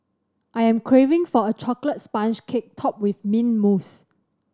I am craving for a chocolate sponge cake topped with mint mousse